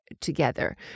together